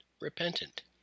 repentant